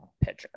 pitcher